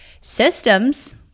Systems